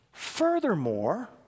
Furthermore